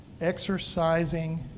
Exercising